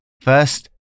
first